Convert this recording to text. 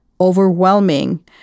overwhelming